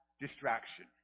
distraction